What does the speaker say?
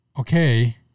Okay